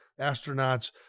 astronauts